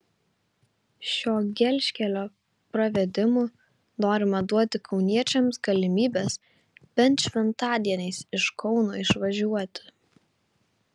šio gelžkelio pravedimu norima duoti kauniečiams galimybes bent šventadieniais iš kauno išvažiuoti